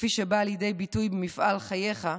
כפי שבא לידי ביטוי במפעל חייך,